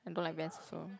I don't like Vans also